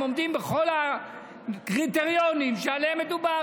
עומדים בכל הקריטריונים שעליהם מדובר,